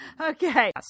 Okay